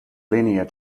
linear